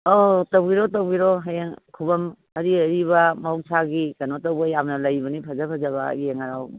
ꯑꯧ ꯑꯧ ꯇꯧꯕꯤꯔꯣ ꯇꯧꯕꯤꯔꯣ ꯍꯌꯦꯡ ꯈꯨꯕꯝ ꯑꯔꯤ ꯑꯔꯤꯕ ꯃꯍꯧꯁꯥꯒꯤ ꯀꯩꯅꯣ ꯇꯧꯕ ꯌꯥꯝꯅ ꯂꯩꯕꯅꯤ ꯐꯖ ꯐꯖꯕ ꯌꯦꯡꯉꯔꯥꯎ